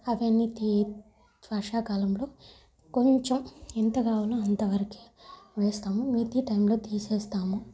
అవన్నీ తీ వర్షాకాలంలో కొంచెం ఎంతకావాలో అంతవరకే వేస్తాము మిగతా టైంలో తీసేస్తాము